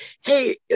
hey